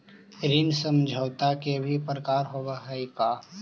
ऋण समझौता के भी प्रकार होवऽ हइ का?